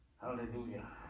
Hallelujah